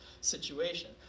situation